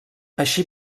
així